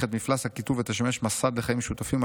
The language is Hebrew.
את מפלס הקיטוב ותשמש מסד לחיים משותפים,